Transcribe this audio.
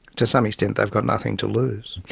to some extent they've got nothing to lose.